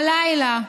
הלילה,